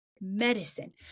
Medicine